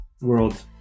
world